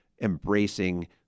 embracing